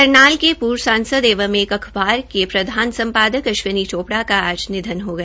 करनाल के पर्व सांसद एवं एक अखबार के प्रधान सम्पादक अश्विनी चोपड़ा को आज निधन हो गया